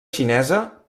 xinesa